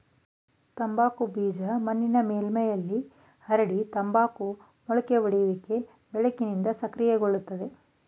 ತಂಬಾಕು ಬೀಜ ಮಣ್ಣಿನ ಮೇಲ್ಮೈಲಿ ಹರಡಿ ತಂಬಾಕು ಮೊಳಕೆಯೊಡೆಯುವಿಕೆ ಬೆಳಕಿಂದ ಸಕ್ರಿಯಗೊಳ್ತದೆ